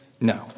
No